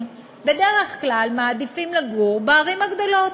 בדרך כלל מעדיפים לגור בערים הגדולות,